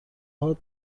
هات